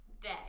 day